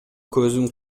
көзүм